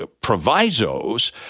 provisos